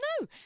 No